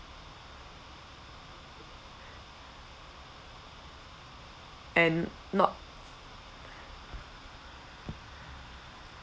and not